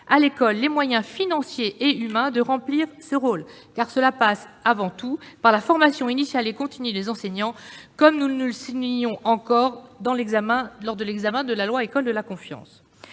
à l'école les moyens financiers et humains de remplir ce rôle. Cela passe avant tout par la formation initiale et continue des enseignants, comme nous l'avons signalé encore lors des débats sur la loi pour une école de la confiance.